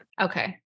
Okay